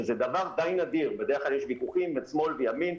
וזה דבר די נדיר כי בדרך כלל יש ויכוחים בין שמאל וימין.